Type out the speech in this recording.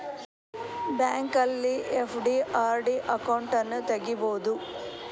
ಬ್ಯಾಂಕಲ್ಲಿ FD, RD ಅಕೌಂಟನ್ನು ತಗಿಬೋದು